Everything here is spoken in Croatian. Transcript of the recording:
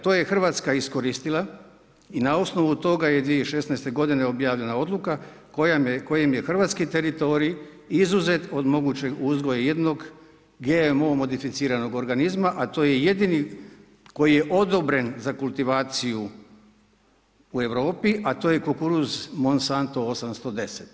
To je Hrvatska iskoristila, i na osnovu toga je 2016.g. objavljena oduka, kojom je hrvatski teritorij izuzet od mogućeg uzgoja jednog GMO modificiranog organizma, a to je jedini, koji je odobren za kultivaciju u Europi a to je kukuruz Monsanto 810.